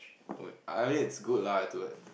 oh I mean it's good lah to like